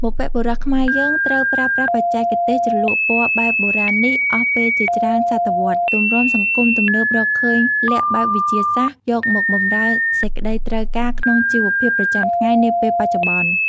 បុព្វបុរសខ្មែរយើងត្រូវប្រើប្រាស់បច្ចេកទេសជ្រលក់ពណ៌បែបបុរាណនេះ អស់ពេលជាច្រើនសតវត្ស ទំរាំសង្គមទំនើបរកឃើញល័ក្ខបែបវិទ្យាសាស្ត្រ យកមកបម្រើសេចក្ដីត្រូវការក្នុងជីវភាពប្រចាំថ្ងៃ នាពេលបច្ចុប្បន្ន។